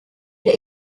der